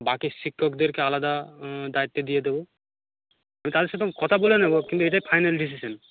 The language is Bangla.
বাকি শিক্ষকদেরকে আলাদা দায়িত্বে দিয়ে দেবো কাল সেরকম কথা বলে নেব কিন্তু এটাই ফাইনাল ডিসিশান